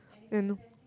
and